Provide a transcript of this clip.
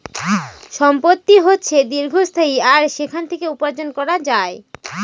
সম্পত্তি হচ্ছে দীর্ঘস্থায়ী আর সেখান থেকে উপার্জন করা যায়